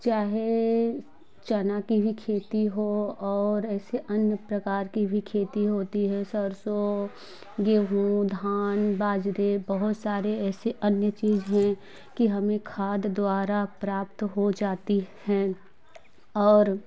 चाहे चना कि भी खेती हो और ऐसे अन्य प्रकार कि भी खेती होती है सरसों गेहूं धान बाजरे बहुत सारे ऐसे अन्य चीज हैं कि हमें खाद द्वारा प्राप्त हो जाती हैं और